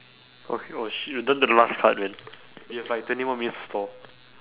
oh sh~ oh shit we're down to the last card man we have like twenty more minutes to stall